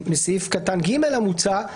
ומסעיף קטן (ג) המוצע הוא